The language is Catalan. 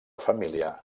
família